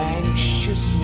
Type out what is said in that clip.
anxious